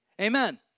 Amen